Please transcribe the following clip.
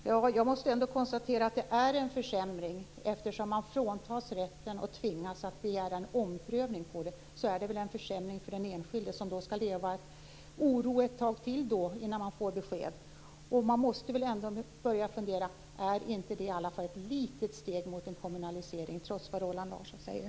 Herr talman! Jag måste ändå konstatera att det är en försämring, eftersom man fråntas en rätt och tvingas begära en omprövning. Det är väl en försämring för den enskilde, som måste leva i oro ett tag till innan han eller hon får besked? Man måste väl också ändå börja fundera på om inte detta är ett litet steg mot en kommunalisering, trots det som Roland Larsson säger.